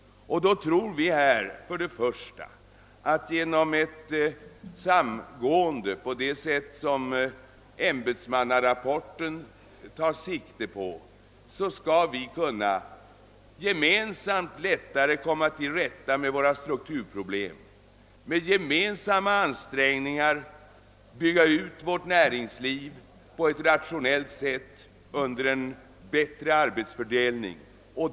Och då tror vi att man genom ett samgående på det sätt som ämbetsmannarapporten tar sikte på lättare skulle kunna komma till rätta med våra strukturproblem, om vi gemensamt anstränger oss att bygga ut vårt näringsliv på ett rationellt sätt och med en bättre arbetsfördelning.